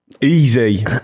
easy